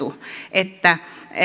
että